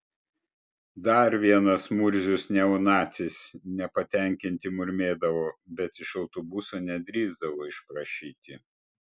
dar vienas murzius neonacis nepatenkinti murmėdavo bet iš autobuso nedrįsdavo išprašyti